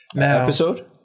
episode